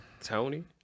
Tony